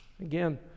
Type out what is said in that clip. Again